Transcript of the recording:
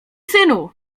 synu